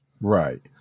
Right